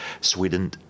Sweden